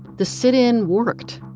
the sit-in, worked.